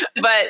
But-